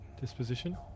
disposition